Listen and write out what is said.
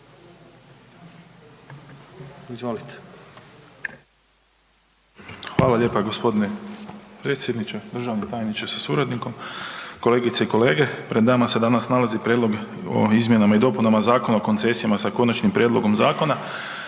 (SDP)** Hvala lijepo g. predsjedniče. Državni tajniče sa suradnikom. Kolegice i kolege. Pred nama se danas nalazi Prijedlog o izmjenama i dopunama Zakona o koncesijama sa konačnim prijedlogom zakona,